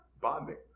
bonding